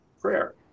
prayer